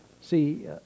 see